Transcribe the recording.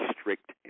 strict